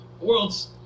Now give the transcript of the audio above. world's